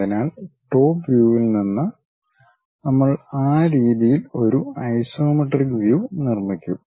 അതിനാൽ ടോപ് വ്യൂവിൽ നിന്ന് നമ്മൾ ആ രീതിയിൽ ഒരു ഐസോമെട്രിക് വ്യൂ നിർമ്മിക്കും